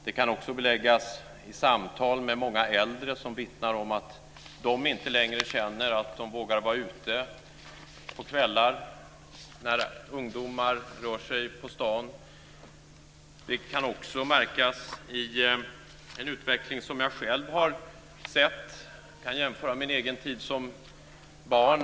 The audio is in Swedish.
Det kan också beläggas i samtal med många äldre, som vittnar om att de inte längre känner att de vågar vara ute på kvällarna när ungdomar rör sig på stan. Det kan också märkas i en utveckling som jag själv har sett. Jag kan jämföra med min egen tid som barn.